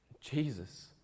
Jesus